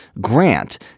grant